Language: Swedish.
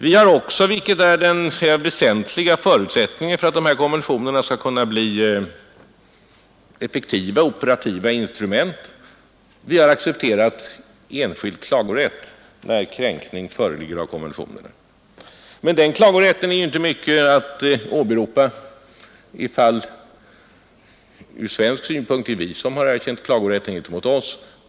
Vi har också — vilket är den väsentliga förutsättningen för att dessa konventioner skall bli effektiva operativa instrument — accepterat enskild klagorätt när kränkning av konventionerna föreligger. Men den klagorätten är ju inte mycket att åberopa från svensk synpunkt 107 därför att vi har erkänt klagorätt gentemot oss.